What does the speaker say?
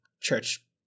church